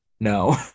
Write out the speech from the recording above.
No